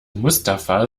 mustafa